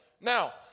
Now